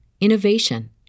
innovation